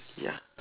ya